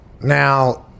now –